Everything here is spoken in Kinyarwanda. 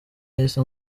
yahise